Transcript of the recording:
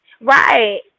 right